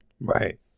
right